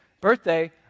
birthday